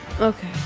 Okay